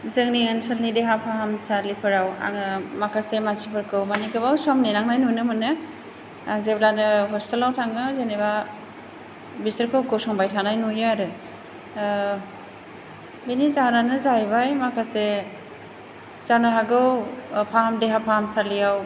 जोंनि ओनसोलनि देहा फाहामसालिफोराव आङो माखासे मानसिफोरखौ मानि गोबाव सम नेनांनाय नुनो मोनो जेब्लानो हस्पिटालाव थाङो जेनेबा बिसोरखौ गसंबाय थानाय नुयो आरो बेनि जाहोनानो जाहैबाय माखासे जानो हागौ देहा फाहामसालियाव